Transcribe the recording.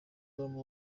bombe